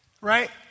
right